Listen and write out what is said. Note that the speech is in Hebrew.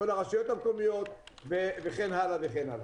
כל הרשויות המקומיות וכן הלאה וכן הלאה.